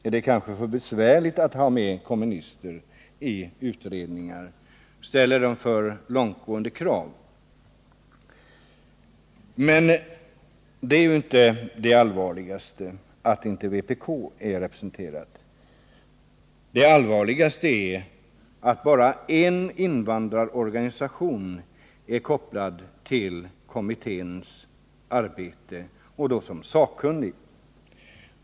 Är det för besvärligt att ha med kommunister i utredningar? Ställer de för långtgående krav? Men det allvarligaste är inte att inte vpk är representerat. Det allvarligaste är att bara en invandrarorganisation är kopplad till kommitténs arbete och då som sakkunnig.